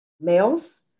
males